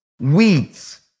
weeds